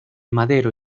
madero